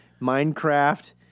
Minecraft